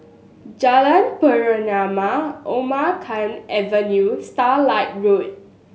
Jalan Pernama Omar Khayyam Avenue Starlight Road